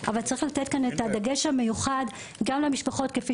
אבל צריך לתת כאן דגש מיוחד גם למשפחות כפי